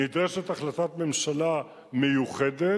נדרשת החלטת ממשלה מיוחדת,